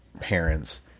parents